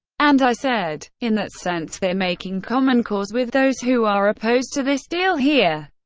and i said, in that sense, they're making common cause with those who are opposed to this deal here.